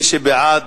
מי שבעד,